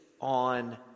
on